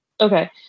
Okay